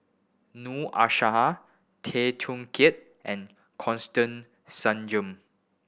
Noor Aishah Tay Teow Kiat and Constance Singam